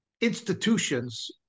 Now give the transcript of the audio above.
institutions